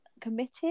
committed